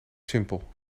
simpel